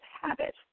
habit